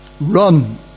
Run